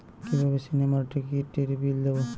কিভাবে সিনেমার টিকিটের বিল দেবো?